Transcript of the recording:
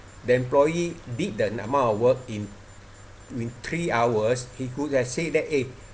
the employee did the amount of work in in three hours he could have say that eh